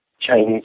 Chinese